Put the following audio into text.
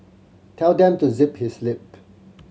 tell them to zip his lip